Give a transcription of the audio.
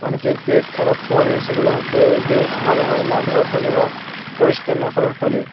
অনেকের পেট খারাপ পড়ে সেগুলো হচ্ছে যে ভালো ভাবে না ধোওয়ার ফলে বা পরিষ্কার না করার ফলে